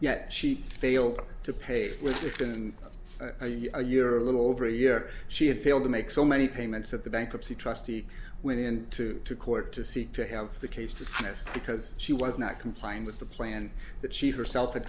yet she failed to pay for it's been a year or a little over a year she had failed to make so many payments at the bankruptcy trustee went into court to seek to have the case dismissed because she was not complying with the plan that she herself